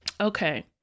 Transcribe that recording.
Okay